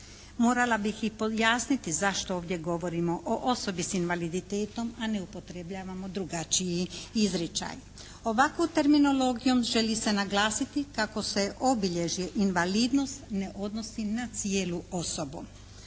Morala bih i pojasniti zašto ovdje govorimo o osobi s invaliditetom a ne upotrebljavamo drugačiji izričaj. Ovakvom terminologijom želi se naglasiti kako se obilježje invalidnost ne odnosi na cijelu osoba.